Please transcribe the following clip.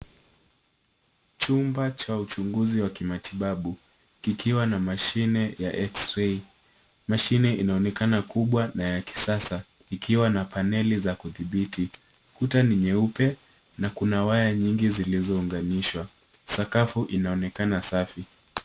Chumba cha uchunguzi wa matibabu kiwa na mashine ya x-ray . Mashine inaonekana kubwa na ya kisasa ikiwa na paneli za kudhibiti. Kuta ni nyeupe na kuna waya nyingi zilizounganishwa. Sakafu inaonekana safi.